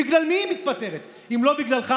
בגלל מי היא מתפטרת אם לא בגללך,